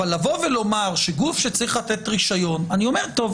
אבל לבוא ולומר שגוף שצריך לתת רישיון --- אדוני,